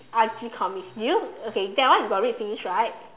Archie comics do you okay that one you got read finish right